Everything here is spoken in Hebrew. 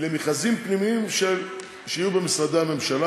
למכרזים פנימיים שיהיו במשרדי הממשלה